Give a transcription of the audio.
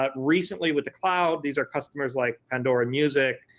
but recently with the cloud, these are customers like pandora music.